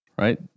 right